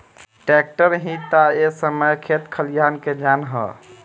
tractor ही ता ए समय खेत खलियान के जान ह